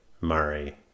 Murray